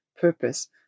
purpose